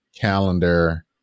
calendar